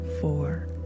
four